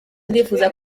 ndifuza